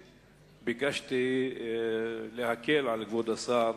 ביקשתי להקל על כבוד השר,